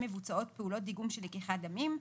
מבוצעות פעולות דיגום של לקיחת דמים,